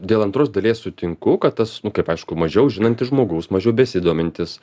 dėl antros dalies sutinku kad tas nu kaip aišku mažiau žinantis žmogus mažiau besidomintis